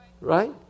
Right